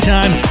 Time